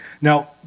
Now